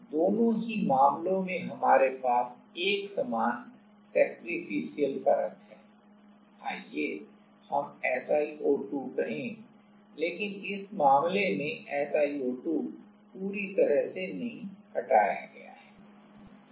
और दोनों ही मामलों में हमारे पास एक समान सेक्रिफिसीयल परत है आइए हम SiO2 कहें लेकिन इस मामले में SiO2 पूरी तरह से नहीं हटाया गया है